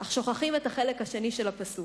אך שוכחים את החלק השני של הפסוק.